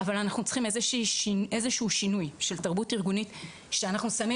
אבל אנחנו צריכים איזשהו שינוי של תרבות ארגונית שאנחנו שמים